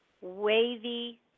wavy